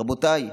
רבותיי,